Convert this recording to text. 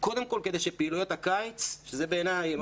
קודם כול כדי שפעילויות הקיץ שבעיניי זה